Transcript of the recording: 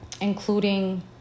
including